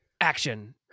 Action